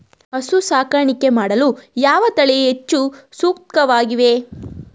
ಹಸು ಸಾಕಾಣಿಕೆ ಮಾಡಲು ಯಾವ ತಳಿ ಹೆಚ್ಚು ಸೂಕ್ತವಾಗಿವೆ?